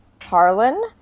Harlan